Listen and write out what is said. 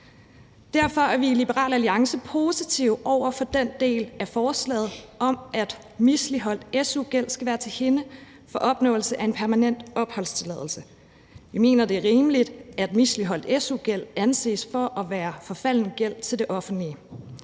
Derfor er vi i Liberal Alliance positive over for den del af forslaget, der handler om, at misligholdt su-gæld skal være til hinder for opnåelse af en permanent opholdstilladelse. Vi mener, det er rimeligt, at misligholdt su-gæld anses for at være forfalden gæld til det offentlige.